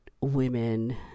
women